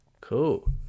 Cool